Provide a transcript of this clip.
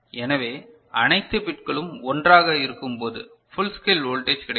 எனவே அனைத்து பிட்களும் 1 ஆக இருக்கும்போது ஃபுல் ஸ்கேல் வோல்டேஜ் கிடைக்கும்